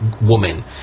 woman